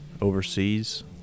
overseas